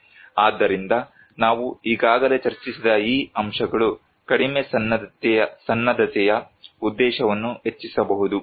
ಆದ್ದರಿಂದ ನಾವು ಈಗಾಗಲೇ ಚರ್ಚಿಸಿದ ಈ ಅಂಶಗಳು ಕಡಿಮೆ ಸನ್ನದ್ಧತೆಯ ಉದ್ದೇಶವನ್ನು ಹೆಚ್ಚಿಸಬಹುದು